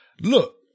Look